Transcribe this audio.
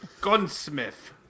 Gunsmith